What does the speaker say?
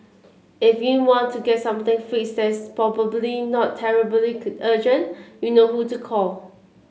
if you want to get something fixed that is probably not terribly urgent you know who to call